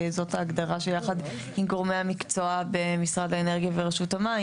וזאת ההגדרה שיחד עם גורמי המקצוע במשרד האנרגיה ורשות המים,